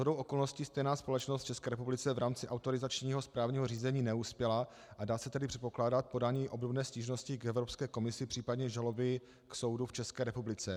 Shodou okolností stejná společnost v České republice v rámci autorizačního správního řízení neuspěla, a dá se tedy předpokládat podání obdobné stížnosti k Evropské komisi, případně žaloby k soudu v České republice.